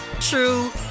true